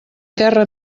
terra